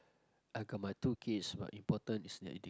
I got my two kids but important is their edu~